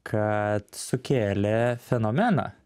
kad sukėlė fenomeną